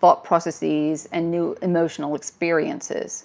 thought processes and new emotional experiences.